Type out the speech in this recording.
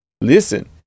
listen